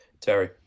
Terry